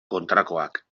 kontrakoak